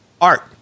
art